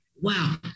Wow